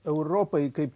europai kaip